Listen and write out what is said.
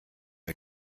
wir